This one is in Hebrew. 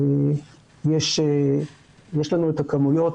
יש לנו את הכמויות,